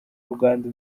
uganda